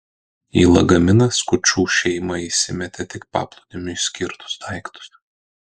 į lagaminą skučų šeimą įsimetė tik paplūdimiui skirtus daiktus